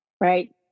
right